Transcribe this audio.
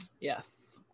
yes